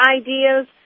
ideas